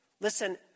Listen